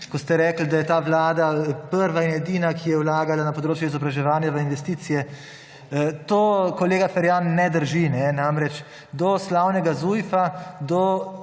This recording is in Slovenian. ko ste rekli, da je ta vlada prva in edina, ki je vlagala na področju izobraževanja v investicije, to, kolega Ferjan, ne drži. Namreč, do slavnega Zujfa,